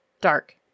dark